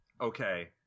okay